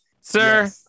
Sir